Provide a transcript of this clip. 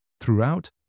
Throughout